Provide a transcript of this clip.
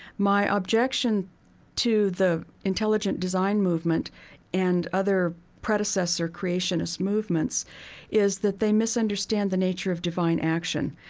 my objection to the intelligent design movement and other predecessor creationist movements is that they misunderstand the nature of divine action.